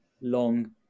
long